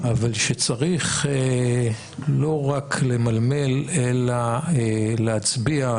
כשצריך לא רק למלמל אלא להצביע,